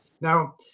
Now